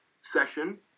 session